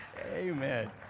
Amen